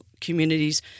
Communities